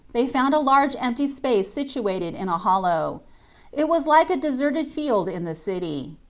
they found a large empty space situated in a hollow it was like a deserted field in the city.